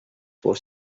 for